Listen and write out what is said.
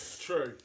True